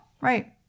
right